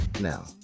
Now